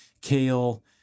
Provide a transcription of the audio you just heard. Kale